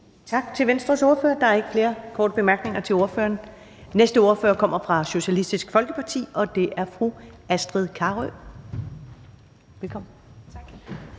Tak til Venstres ordfører. Der er ikke flere korte bemærkninger til ordføreren. Næste ordfører kommer fra Socialistisk Folkeparti, og det er fru Astrid Carøe. Velkommen. Kl.